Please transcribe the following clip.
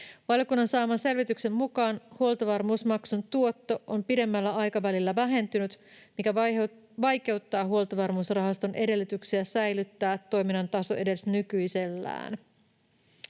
Valiokunnan saaman selvityksen mukaan huoltovarmuusmaksun tuotto on pidemmällä aikavälillä vähentynyt, mikä vaikeuttaa Huoltovarmuusrahaston edellytyksiä säilyttää toiminnan taso edes nykyisellään.